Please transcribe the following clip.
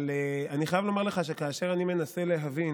אבל אני חייב לומר לך שכאשר אני מנסה להבין